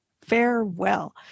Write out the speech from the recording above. Farewell